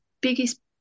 biggest